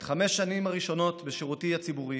את חמש השנים הראשונות בשירותי הציבורי